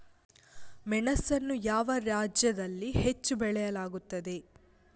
ಮೆಣಸನ್ನು ಯಾವ ರಾಜ್ಯದಲ್ಲಿ ಹೆಚ್ಚು ಬೆಳೆಯಲಾಗುತ್ತದೆ?